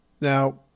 Now